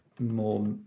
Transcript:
more